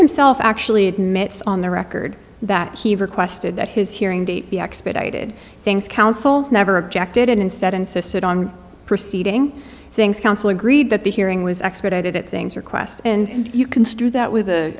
himself actually admits on the record that he requested that his hearing date be expedited things counsel never objected and instead insisted on proceeding things counsel agreed that the hearing was expedited at things request and you construe that with